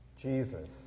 Jesus